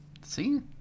See